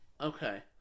Okay